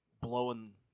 blowing